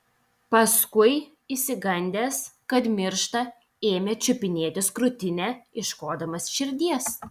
paskui išsigandęs kad miršta ėmė čiupinėtis krūtinę ieškodamas širdies